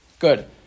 Good